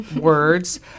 words